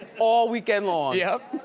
all weekend long. yep.